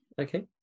okay